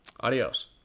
Adios